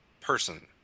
person